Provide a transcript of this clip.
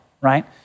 right